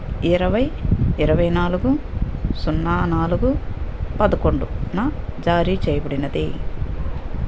ఇరవై ఇరవై నాలుగు సున్నా నాలుగు పదకొండున జారీ చేయబడినది